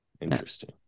interesting